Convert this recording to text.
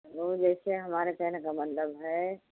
जैसे हमारे कहने का मतलब है